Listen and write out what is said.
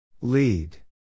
Lead